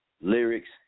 lyrics